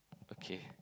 okay